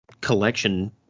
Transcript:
collection